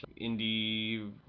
indie